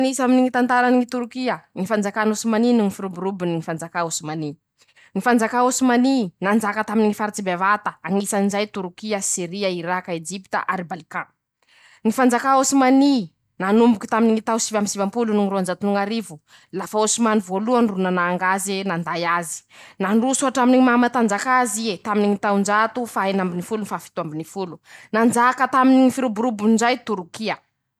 Nisy aminy ñy tantarany torokia: ñy fanjakan'ny osimania noho ñy firoborobony ñy fanjakany osimania, ñy fanjakà osimany, nanjaka taminy ñy faritsy bevata, añisan'izay Torokia, Seria, Iraka, Ejipita, ary Balinka, ñy fanjakany Osimany, nanomboky taminy ñy tao sivy amby sivampolo noho ñy roanjato ñ'arivo, lafa Osimany voalohany ro nanang'azy, nanday aze nandroso hatr'aminy ñy maha matanjak'azy ee, tamiñy taonjato faha enin'amby no folo, faha fito amby noho folo, nanjaka taminy ñy firoborobony njay Toroky.